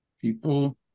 People